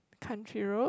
Country Road